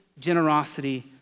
generosity